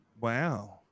Wow